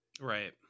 Right